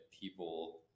people